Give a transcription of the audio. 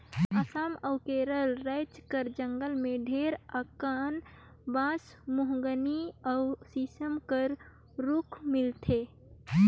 असम अउ केरल राएज कर जंगल में ढेरे अकन बांस, महोगनी अउ सीसम कर रूख मिलथे